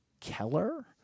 keller